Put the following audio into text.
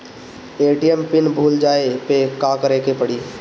ATM pin भूल जाए पे का करे के पड़ी?